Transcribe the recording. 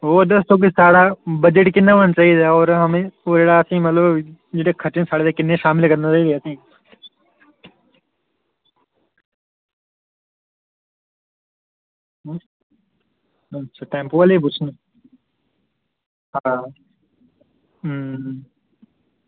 ओह् दस्सो कि साढ़ा बजट किन्ना होना चाहिदा होर ओह् जेह्ड़ा कि मतलब कि जेह्ड़े खर्चे किन्ने शामल करने चाहिदे असें ई टैंपो आह्ले गी पुच्छने आं आं अं